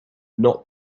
not